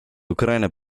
ukraina